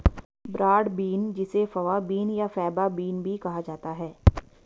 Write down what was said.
broad bean जिसे fava bean या faba bean भी कहा जाता है